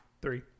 Three